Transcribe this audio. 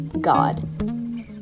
God